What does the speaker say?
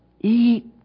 eat